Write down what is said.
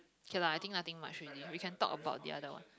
okay lah I think nothing much already we can talk about the other one